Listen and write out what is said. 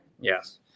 Yes